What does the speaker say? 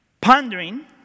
pondering